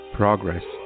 progress